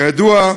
כידוע,